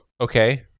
okay